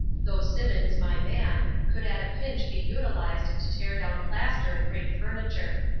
though simmons, my man, could at a pinch be utilized to tear down plaster and break furniture.